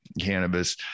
cannabis